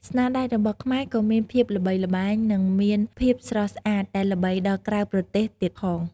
ស្នាដៃរបស់ខ្មែរក៏មានភាពល្បីល្បាញ និងមានភាពស្រស់ស្អាតដែលល្បីដល់ក្រៅប្រទេសទៀតផង។